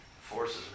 forces